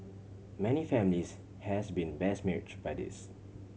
many families has been besmirch by this